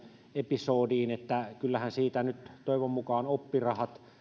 episodiin että kyllähän siitä nyt toivon mukaan oppirahat